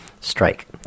Strike